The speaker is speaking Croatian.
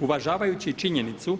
Uvažavajući činjenicu